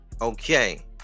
Okay